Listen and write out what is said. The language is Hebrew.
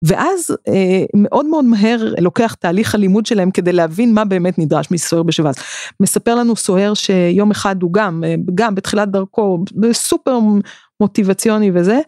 ואז מאוד מאוד מהר לוקח תהליך הלימוד שלהם כדי להבין מה באמת נדרש מסוהר בשב"ס. מספר לנו סוהר שיום אחד הוא גם, גם בתחילת דרכו, סופר מוטיבציוני וזה.